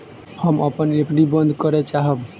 हम अपन एफ.डी बंद करय चाहब